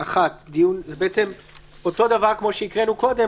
זה אותו דבר כמו שקראנו קודם,